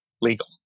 legal